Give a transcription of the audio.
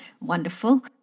wonderful